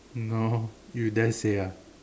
no you dare to say ah